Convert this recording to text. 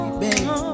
baby